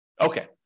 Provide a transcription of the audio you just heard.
Okay